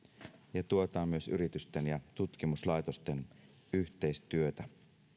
ja tuetaan myös yritysten ja tutkimuslaitosten yhteistyötä